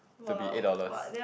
to be eight dollars